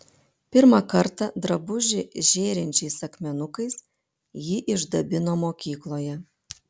pirmą kartą drabužį žėrinčiais akmenukais ji išdabino mokykloje